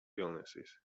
illnesses